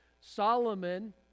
Solomon